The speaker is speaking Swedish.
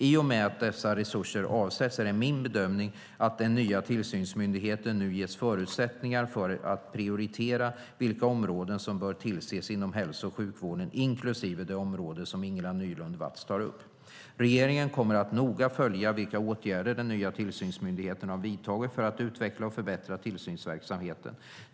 I och med att dessa resurser avsätts är det min bedömning att den nya tillsynsmyndigheten nu ges förutsättningar för att prioritera vilka områden som bör tillses inom hälso och sjukvården inklusive det område som Ingela Nylund Watz tar upp. Regeringen kommer att noga följa vilka åtgärder som den nya tillsynsmyndigheten har vidtagit för att utveckla och förbättra tillsynsverksamheten.